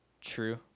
True